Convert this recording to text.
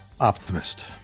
Optimist